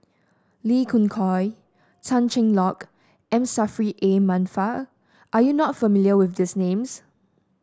Lee Khoon Choy Tan Cheng Lock M Saffri A Manaf are you not familiar with these names